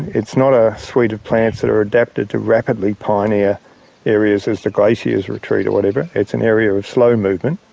it's not a suite of plants that are adapted to rapidly pioneer areas as the glaziers retreat or whatever, it's an area of slow movement.